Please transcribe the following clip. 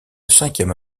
cinquième